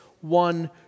one